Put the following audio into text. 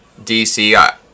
DC